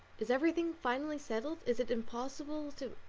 is every thing finally settled? is it impossible to?